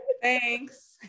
Thanks